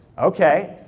okay,